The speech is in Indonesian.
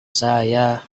saya